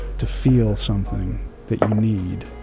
to feel something that you need,